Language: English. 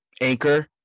Anchor